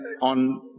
on